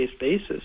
basis